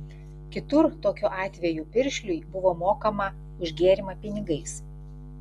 kitur tokiu atveju piršliui buvo užmokama už gėrimą pinigais